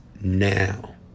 now